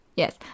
Yes